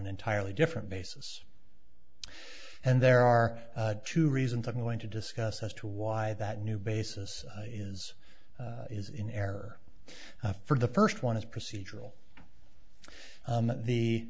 an entirely different basis and there are two reasons i'm going to discuss as to why that new basis is is in error for the first one is procedural